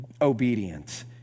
obedience